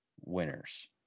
winners